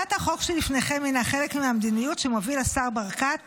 הצעת החוק שלפניכם הינה חלק מן המדיניות שמוביל השר ברקת